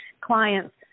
clients